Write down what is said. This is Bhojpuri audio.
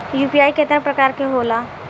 यू.पी.आई केतना प्रकार के होला?